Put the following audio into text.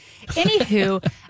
Anywho